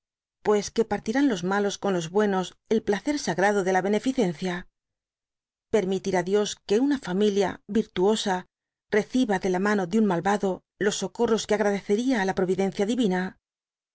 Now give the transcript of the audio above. pues que partirán los malos con los i iienos el placer sagrado de la beneficencia permitirá dios que una familia virtuosa reciba de la mano de un malvado los socorros que agradecería á la proyidencia divina